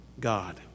God